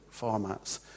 formats